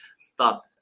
start